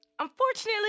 Unfortunately